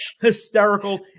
Hysterical